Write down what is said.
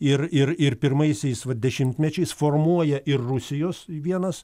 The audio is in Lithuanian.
ir ir ir pirmaisiais va dešimtmečiais formuoja ir rusijos vienas